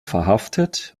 verhaftet